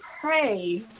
pray